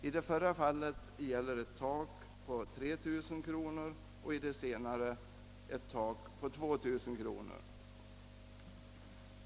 I det förra fallet gäller ett tak på 3 000 kronor och i det senare ett på 2 000 kronor.